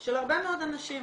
של הרבה מאוד אנשים,